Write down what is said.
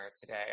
today